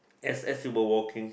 as as you were walking